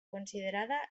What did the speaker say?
considerada